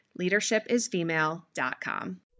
leadershipisfemale.com